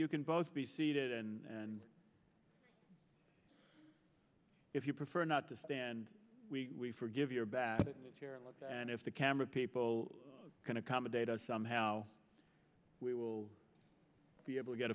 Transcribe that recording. you can both be seated and if you prefer not to stand we forgive your back and if the camera people can accommodate us somehow we will be able to get